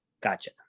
Gotcha